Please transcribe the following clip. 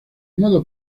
modo